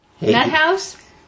Nuthouse